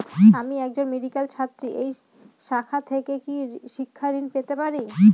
আমি একজন মেডিক্যাল ছাত্রী এই শাখা থেকে কি শিক্ষাঋণ পেতে পারি?